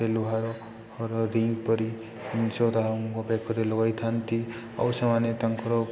ଲୁହାର ରିଙ୍ଗ ପରି ଜିନିଷ ତାଙ୍କ ଲଗାଇଥାନ୍ତି ଆଉ ସେମାନେ ତାଙ୍କର